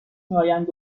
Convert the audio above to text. میآیند